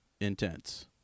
intense